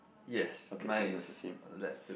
yes my is on the left too